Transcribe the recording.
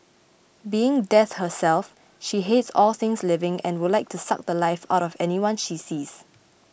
being Death herself she hates all things living and would like to suck the Life out of anyone she sees